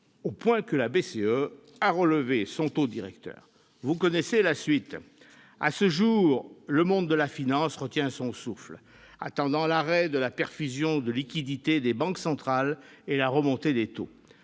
au point que la BCE a relevé son taux directeur. Vous connaissez la suite. À ce jour, le monde de la finance retient son souffle, attendant l'arrêt de la perfusion de liquidités des banques centrales et la remontée des taux.